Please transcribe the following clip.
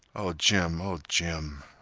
oh, jim oh, jim oh,